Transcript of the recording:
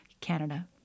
Canada